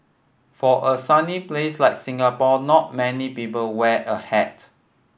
for a sunny place like Singapore not many people wear a hat